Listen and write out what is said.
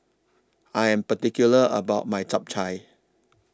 I Am particular about My Chap Chai